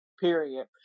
period